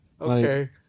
Okay